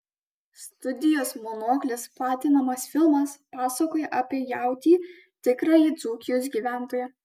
studijos monoklis platinamas filmas pasakoja apie jautį tikrąjį dzūkijos gyventoją